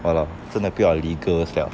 !walao! 真的不要理 girls liao